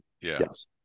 Yes